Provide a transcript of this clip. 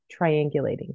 triangulating